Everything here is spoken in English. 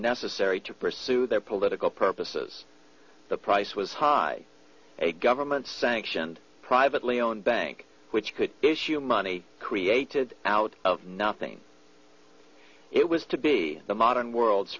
necessary to pursue their political purposes the price was high a government sanctioned privately owned bank which could issue money created out of nothing it was to be the modern world's